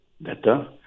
better